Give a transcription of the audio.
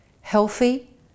healthy